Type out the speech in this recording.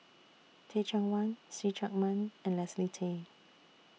Teh Cheang Wan See Chak Mun and Leslie Tay